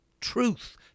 truth